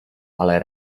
ale